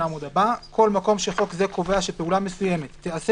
"כל מקום שחוק זה קובע שפעולה מסוימת תיעשה